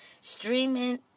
streaming